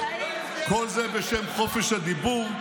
כל זה בשם חופש הדיבור,